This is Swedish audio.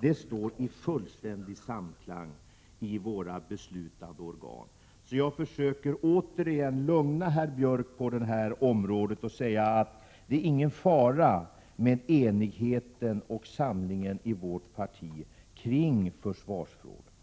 Gunnar Björk, står i fullständig samklang med de uppfattningar som finns i våra beslutande organ. Jag försöker nu åter lugna Gunnar Björk och säga: Det är ingen fara med enigheten och samlingen i vårt parti kring försvarsfrågan.